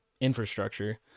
infrastructure